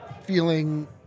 feeling